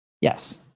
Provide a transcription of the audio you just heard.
Yes